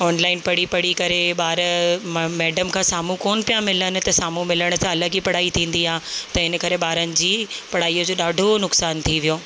online पढ़ी पढ़ी करे ॿार म मेडम खां साम्हूं कोन पिया मिलनि त साम्हूं मिलण सां अलॻि ई पढ़ाई थींदी आहे त इने करे ॿारनि जी पढ़ाई जो ॾाढो नुक़सान थी वियो